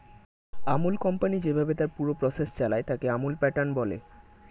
আমূল company যেইভাবে তার পুরো প্রসেস চালায়, তাকে আমূল প্যাটার্ন বলে